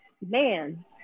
man